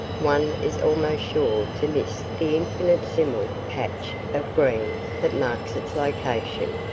one is almost sure to miss the infinitesimal patch of green that marks its location.